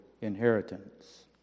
inheritance